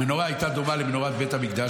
המנורה הייתה דומה למנורת בית המקדש,